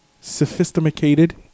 sophisticated